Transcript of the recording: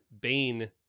Bane